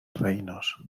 reinos